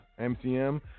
MCM